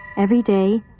every day,